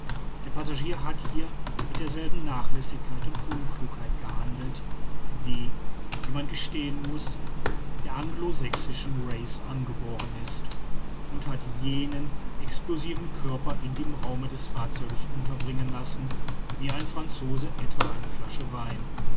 der passagier hat hier mit derselben nachlässigkeit und unklugheit gehandelt die wie man gestehen muß der anglo sächsischen race angeboren ist und hat jenen explosiven körper in dem raume des fahrzeugs unterbringen lassen wie ein franzose etwa eine flasche wein